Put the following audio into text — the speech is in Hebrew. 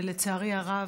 לצערי הרב,